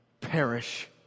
perish